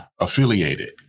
affiliated